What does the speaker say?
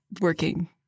working